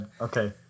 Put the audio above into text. Okay